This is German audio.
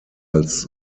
als